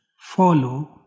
follow